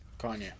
Kanye